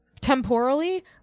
temporally